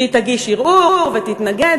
שהיא תגיש ערעור ותתנגד,